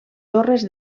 torres